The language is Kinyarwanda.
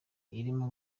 irimo